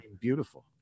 beautiful